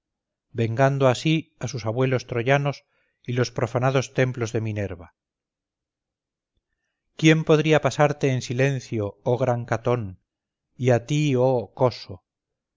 vengando así a sus abuelos troyanos y los profanados templos de minerva quién podría pasarte en silencio oh gran catón y a ti oh cosso